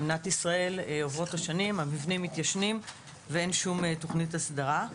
השנים עוברות והמבנים מתיישנים ואין שום תכנית הסדרה.